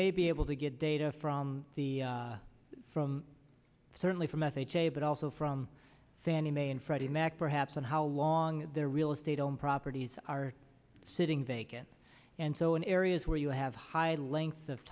may be able to get data from the from certainly from f h a but also from fannie mae and freddie mac perhaps on how long their real estate owned properties are sitting vacant and so in areas where you have high lengths of